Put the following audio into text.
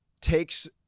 takes